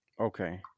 Okay